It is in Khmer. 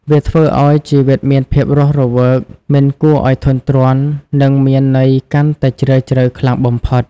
វាធ្វើឱ្យជីវិតមានភាពរស់រវើក មិនគួរឱ្យធុញទ្រាន់ និងមានន័យកាន់តែជ្រាលជ្រៅខ្លាំងបំផុត។